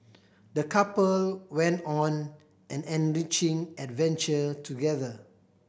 the couple went on an enriching adventure together